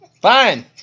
Fine